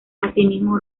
asimismo